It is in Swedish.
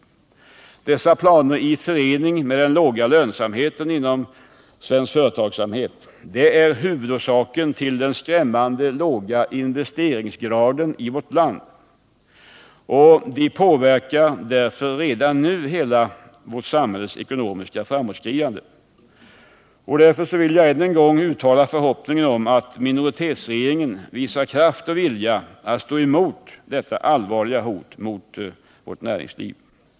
Dessa planer i förening med den låga lönsamheten inom svensk företagsamhet är huvudorsakerna till den skrämmande låga investeringsgraden i vårt land. De påverkar därför redan nu hela vårt samhälles ekonomiska framåtskridande. Därför vill jag än en gång uttala förhoppningen om att minoritetsregeringen visar kraft och vilja att stå emot detta allvarliga hot mot vårt näringsliv.